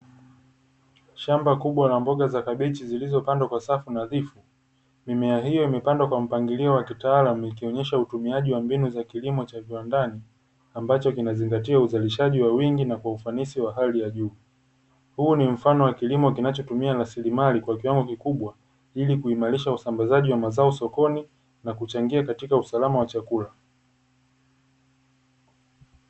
Shamba kubwa la mboga za kabichi zilizopandwa kwa safui nadhifu. Mimea hiyo imepandwa kwa mpangilio wa kitaalamu ikionyesha utumiaji wa mbinu za kilimo cha viwandani ambacho kinazingatia uzalishaji kwa wingi na ufanisi wa hali ya juu. Huo ni mfano wa kilimo unaotumia rasilimali kwa kiwango kikubwa ili kuimarisha usambazaji wa mazao sokoni na kuchangia katika usalama wa chakula.